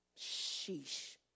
Sheesh